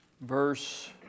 verse